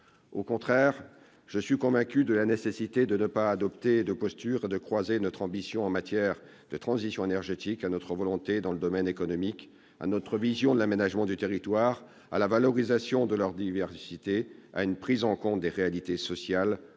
Au contraire, je suis convaincu de la nécessité de ne pas adopter de posture et de croiser notre ambition en matière de transition énergétique à notre volonté dans le domaine économique, à notre vision de l'aménagement du territoire, à la valorisation de leur diversité, à une prise en compte des réalités sociales